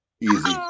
Easy